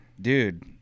dude